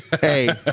Hey